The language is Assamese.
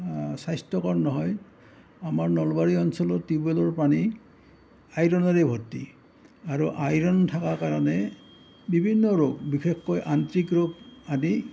স্বাস্থ্যকৰ নহয় আমাৰ নলবাৰী অঞ্চলত টিউ বেলৰ পানী আয়ৰনেৰে ভৰ্ত্তি আৰু আয়ৰন থকা কাৰণে বিভিন্ন ৰোগ বিশেষকৈ আন্তিক ৰোগ আদি